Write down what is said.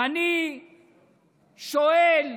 ואני שואל,